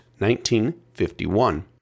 1951